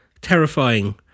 terrifying